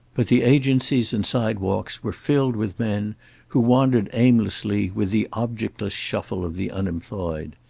but the agencies and sidewalks were filled with men who wandered aimlessly with the objectless shuffle of the unemployed.